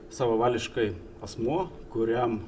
savavališkai asmuo kuriam